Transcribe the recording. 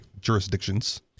jurisdictions